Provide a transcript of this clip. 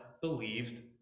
believed